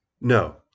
No